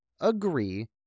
agree